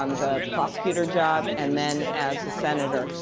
um the prosecutor job, and then as a senator,